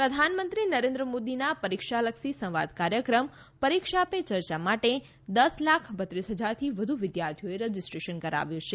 પરીક્ષા પે ચર્ચા પ્રધાનમંત્રી નરેન્દ્ર મોદીના પરીક્ષા લક્ષી સંવાદ કાર્યક્રમ પરીક્ષા પે યર્ચા માટે દશ લાખ બત્રીસ ફજારથી વધુ વિદ્યાર્થીઓએ રજીસ્ટ્રેશન કરાવ્યું છે